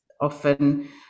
often